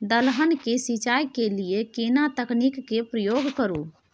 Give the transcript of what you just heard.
दलहन के सिंचाई के लिए केना तकनीक के प्रयोग करू?